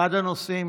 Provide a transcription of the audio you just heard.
אחד הנושאים,